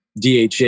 DHA